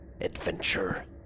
adventure